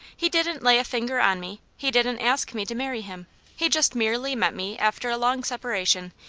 he didn't lay a finger on me he didn't ask me to marry him he just merely met me after a long separation,